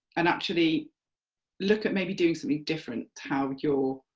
and actually look at maybe doing something different to how your